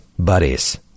buddies